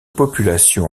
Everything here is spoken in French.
population